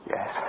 Yes